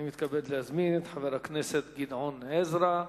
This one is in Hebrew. אני מתכבד להזמין את חבר הכנסת גדעון עזרא,